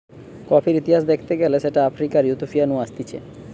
কফির ইতিহাস দ্যাখতে গেলে সেটা আফ্রিকার ইথিওপিয়া নু আসতিছে